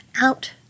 out